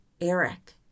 eric